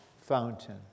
fountain